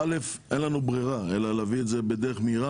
אין לנו ברירה אלא להביא את זה בדרך מהירה